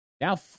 Now